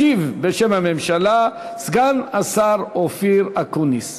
ישיב בשם הממשלה סגן השר אופיר אקוניס.